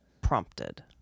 prompted